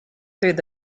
through